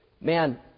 man